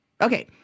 Okay